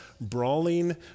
brawling